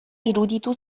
iruditu